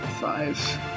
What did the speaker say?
Five